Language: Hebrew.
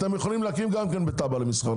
אתם יכולים להקים גם בתב"ע למסחר,